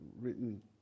written